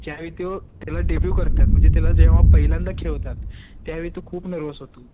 ज्यावेळी तो त्याला डेब्यू करतात म्हणजे त्याला जेव्हा पहिल्यांदा खेळवतात त्यावेळी तो खूप नर्वस होतो